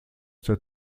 der